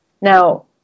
Now